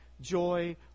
joy